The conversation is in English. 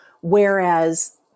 whereas